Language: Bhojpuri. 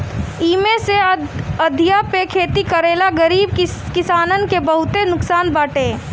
इमे जे अधिया पे खेती करेवाला गरीब किसानन के बहुते नुकसान बाटे